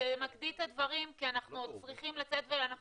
רק תמקדי את הדברים כי אנחנו עוד צריכים לצאת ואנחנו